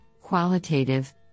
qualitative